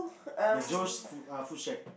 the Joe's food err Foodshed